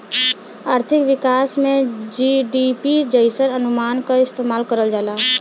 आर्थिक विकास में जी.डी.पी जइसन अनुमान क इस्तेमाल करल जाला